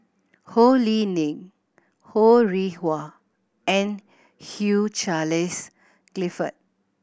Ho Lee Ling Ho Rih Hwa and Hugh Charles Clifford